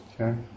Okay